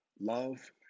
love